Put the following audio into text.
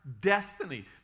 destiny